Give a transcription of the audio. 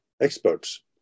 experts